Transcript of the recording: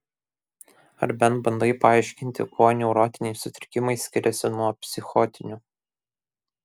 ar bent bandai paaiškinti kuo neurotiniai sutrikimai skiriasi nuo psichotinių